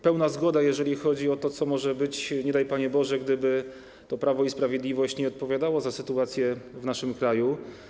Pełna zgoda, jeżeli chodzi o to, co może być, nie daj, Panie Boże, gdyby Prawo i Sprawiedliwość nie odpowiadało za sytuację w naszym kraju.